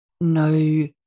no